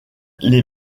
les